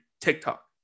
TikTok